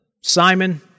Simon